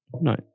No